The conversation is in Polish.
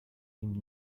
nim